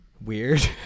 weird